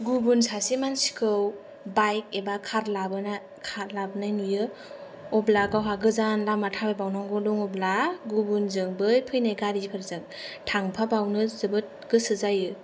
गुबुन सासे मानसिखौ बाइक एबा कार लाबोनाय नुयो अब्ला गावहा गोजान लामा थाबाय बावनांगौ दंब्ला गुबुनजों बै फैनाय गारिफोरजों थांफाबावनो जोबोर गोसो जायो